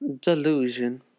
Delusion